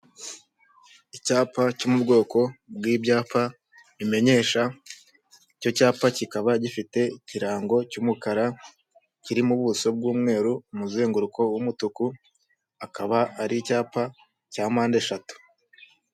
Icyapa cyo mu bwoko bw'ibyapa bimenyesha, icyo cyapa kikaba gifite ikirango cy'umukara kirimo ubuso bw'umweru, umuzenguruko w'umutuku akaba ari icyapa cya mpande eshatu.